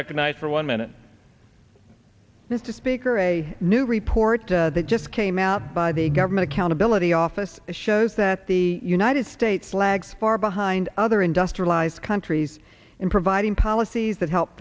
recognized for one minute mr speaker a new report that just came out by the government accountability office shows that the united states lags far behind other industrialized countries in providing policies that help